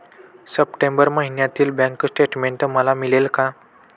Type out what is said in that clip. September महिन्यातील bank statement मला मिळेल का?